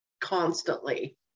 constantly